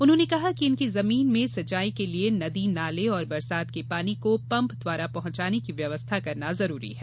उन्होंने कहा कि इनकी जमीन में सिंचाई के लिये नदी नाले एवं बरसात के पानी को पम्प द्वारा पहँचाने की व्यवस्था करना आवश्यक है